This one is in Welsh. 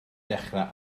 dechrau